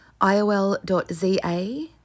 IOL.za